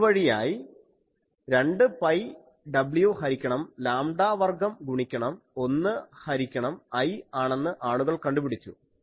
അതുവഴിയായി 2 pi w ഹരിക്കണം lambda വർഗ്ഗം ഗുണിക്കണം 1 ഹരിക്കണം I ആണെന്ന് ആളുകൾ കണ്ടുപിടിച്ചു